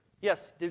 Yes